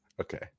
Okay